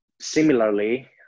similarly